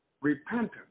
repentance